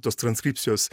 tos transkripcijos